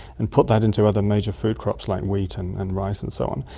and put that into other major food crops like wheat and and rice and so on.